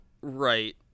Right